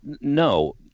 No